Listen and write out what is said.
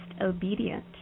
obedient